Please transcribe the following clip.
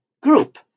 group